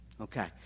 Okay